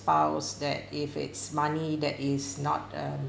~spouse that if it's money that is not a